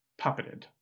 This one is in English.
puppeted